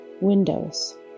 windows